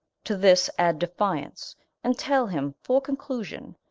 to this adde defiance and tell him for conclusion,